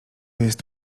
jest